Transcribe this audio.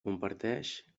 comparteix